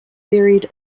buried